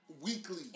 Weekly